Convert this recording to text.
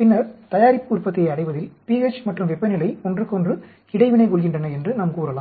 பின்னர் தயாரிப்பு உற்பத்தியை அடைவதில் pH மற்றும் வெப்பநிலை ஒன்றுக்கொன்று இடைவினை கொள்கின்றன என்று நாம் கூறலாம்